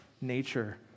nature